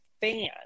fan